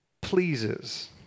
pleases